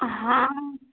हाँ